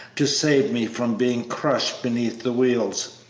to save me from being crushed beneath the wheels.